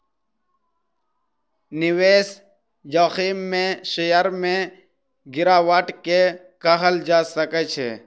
निवेश जोखिम में शेयर में गिरावट के कहल जा सकै छै